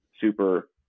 super